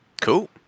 Cool